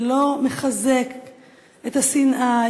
שלא מחזק את השנאה,